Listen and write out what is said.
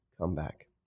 comeback